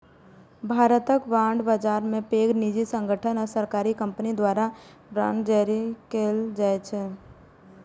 भारतक बांड बाजार मे पैघ निजी संगठन आ सरकारी कंपनी द्वारा बांड जारी कैल जाइ छै